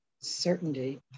Certainty